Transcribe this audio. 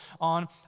on